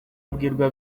abwirwa